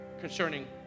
concerning